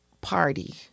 party